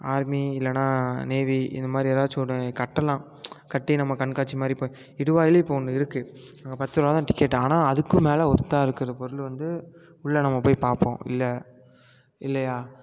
army இல்லைன்னா navy இந்த மாதிரி ஏதாச்சி ஒன்று கட்டலாம் கட்டி நம்ம கண்காட்சி மாதிரி இப்போ இடுவாய்லையும் இப்போ ஒன்று இருக்குது அங்கே பத்துருவா தான் டிக்கெட்டு ஆனால் அதுக்கும் மேலே ஒர்த்தாக இருக்கிற பொருள் வந்து உள்ளே நம்ம போய் பார்ப்போம் இல்லை இல்லையா